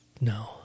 No